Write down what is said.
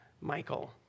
Michael